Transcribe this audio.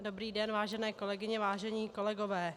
Dobrý den, vážené kolegyně, vážení kolegové.